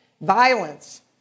violence